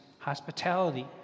hospitality